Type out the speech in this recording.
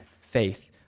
faith